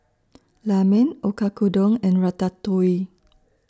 Ramen Oyakodon and Ratatouille